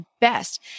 best